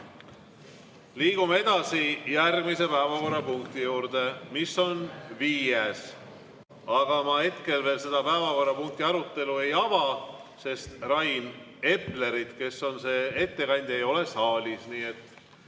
Liigume edasi järgmise päevakorrapunkti juurde, mis on viies, aga ma hetkel veel selle päevakorrapunkti arutelu ei ava, sest Rain Eplerit, kes on [eelnõu] ettekandja, ei ole saalis.